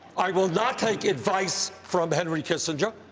i will not take advice from henry kissinger.